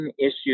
issues